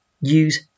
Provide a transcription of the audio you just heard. use